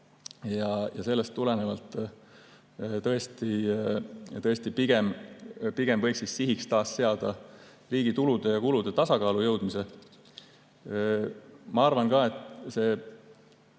ja sellest tulenevalt võiks pigem tõesti taas sihiks seada riigi tulude ja kulude tasakaalu jõudmise. Ma arvan ka, et see